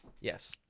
Yes